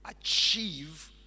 achieve